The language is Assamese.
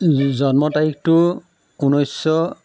জন্ম তাৰিখটো ঊনৈছশ